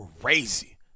crazy